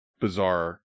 bizarre